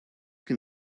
can